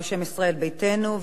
בשם ישראל ביתנו.